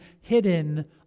hidden